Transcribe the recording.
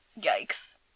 Yikes